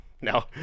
no